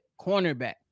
cornerback